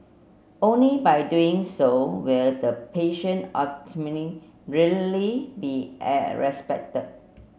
only by doing so will the patient autonomy really be respected